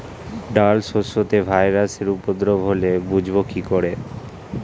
ডাল শস্যতে ভাইরাসের উপদ্রব হলে বুঝবো কি করে?